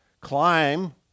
climb